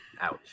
Ouch